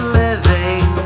living